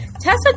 Tessa